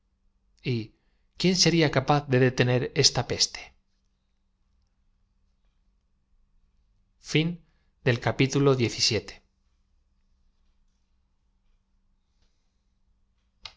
quién sería capaz de detener esta peste